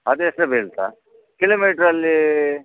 ಅದು ಎಕ್ಸ್ಟ್ರಾ ಬೀಳುತ್ತ ಕಿಲೋಮೀಟ್ರಲ್ಲೀ